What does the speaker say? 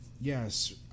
Yes